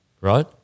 Right